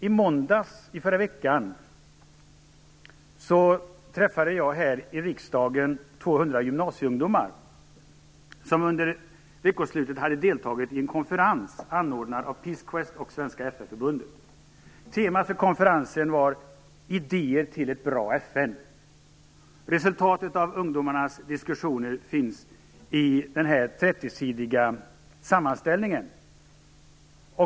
I måndags förra veckan träffade jag här i riksdagen 200 gymnasieungdomar som under veckoslutet hade deltagit i en konferens anordnad av Peace Quest och Svenska FN-förbundet. Temat för konferensen var idéer till ett bra FN. Resultatet av ungdomarnas diskussioner finns i en 30-sidig sammanställning.